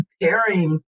preparing